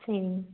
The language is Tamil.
சரிங்க